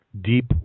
deep